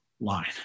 line